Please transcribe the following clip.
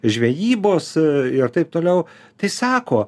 žvejybos ir taip toliau tai sako